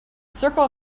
circle